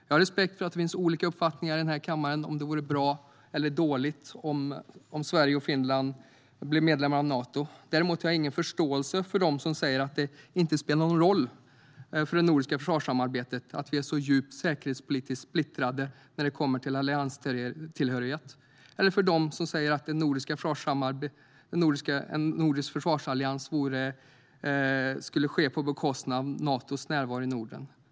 Jag har respekt för att det finns olika uppfattningar här i kammaren huruvida det är bra eller dåligt om Sverige och Finland blir Natomedlemmar. Däremot har jag ingen förståelse för dem som säger att det inte spelar någon roll för det nordiska försvarssamarbetet att vi säkerhetspolitiskt sett är så djupt splittrade när det gäller allianstillhörighet eller för dem som säger att en nordisk försvarsallians skulle ske på bekostnad av Natos närvaro i Norden.